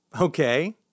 Okay